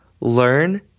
learn